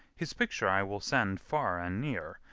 his picture i will send far and near,